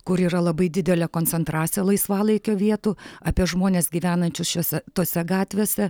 kur yra labai didelė koncentracija laisvalaikio vietų apie žmones gyvenančius šiuose tose gatvėse